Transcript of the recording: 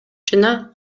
жана